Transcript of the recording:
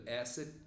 acid